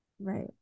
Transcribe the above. Right